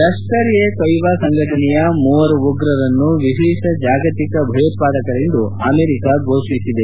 ಲಫ್ಗರ್ ಎ ತೊಯ್ಲಾ ಸಂಘಟನೆಯ ಮೂವರು ಉಗ್ರರನ್ನು ವಿಶೇಷ ಜಾಗತಿಕ ಭಯೋತ್ವಾದಕರೆಂದು ಅಮೆರಿಕ ಫೋಷಿಸಿದೆ